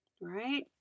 right